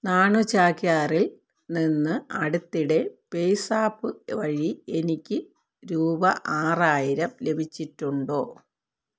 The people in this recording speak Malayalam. നാണു ചാക്യാരിൽ നിന്ന് അടുത്തിടെ പേയ്സാപ്പ് വഴി എനിക്ക് രൂപ ആറായിരം ലഭിച്ചിട്ടുണ്ടോ